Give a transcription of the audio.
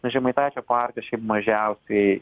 na žemaitaičio partija šiaip mažiausiai